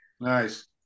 Nice